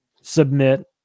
submit